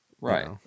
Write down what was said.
Right